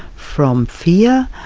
from fear,